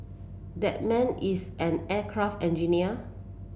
that man is an aircraft engineer